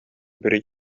бер